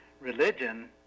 religion